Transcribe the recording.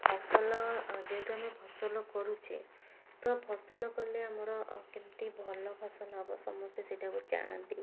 ଫସଲ ଯେହେତୁ ଆମେ ଫସଲ କରୁଛେ ତ ଫସଲ କଲେ ଆମର କେମତି ଭଲ ଫସଲ ହେବ ସମସ୍ତେ ସେଇଟାକୁ ଚାହାଁନ୍ତି